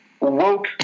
woke